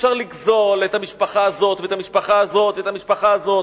אפשר לגזול את המשפחה הזאת ואת המשפחה הזאת ואת המשפחה הזאת,